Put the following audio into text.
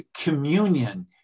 communion